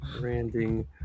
branding